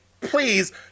please